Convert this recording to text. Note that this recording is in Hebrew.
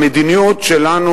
המדיניות שלנו,